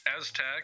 aztec